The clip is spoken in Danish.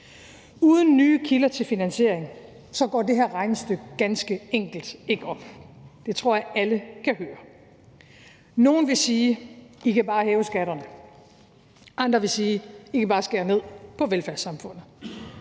Uden nye kilder til finansiering går det her regnestykke ganske enkelt ikke op. Det tror jeg alle kan høre. Nogle vil sige: I kan bare hæve skatterne. Andre vil sige: I kan bare skære ned på velfærdssamfundet.